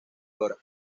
dra